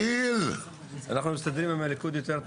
אנחנו מסתדרים עם הליכוד יותר טוב.